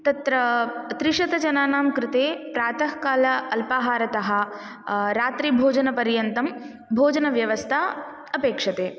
तत्र त्रिशतजनानां कृते प्रातःकाल अल्पाहारतः रात्रिभोजनपर्यन्तं भोजनव्यवस्था अपेक्षते